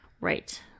Right